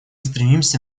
стремимся